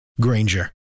Granger